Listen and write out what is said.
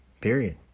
Period